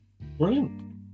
brilliant